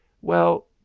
well